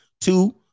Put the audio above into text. Two